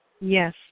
Yes